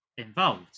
involved